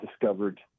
discovered